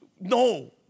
no